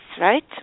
right